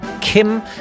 Kim